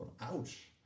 Ouch